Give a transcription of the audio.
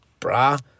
brah